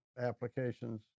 applications